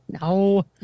No